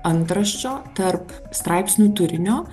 antraščio tarp straipsnių turinio